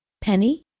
Penny